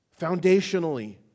Foundationally